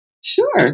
Sure